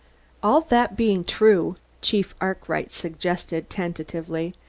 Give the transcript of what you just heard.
all that being true, chief arkwright suggested tentatively,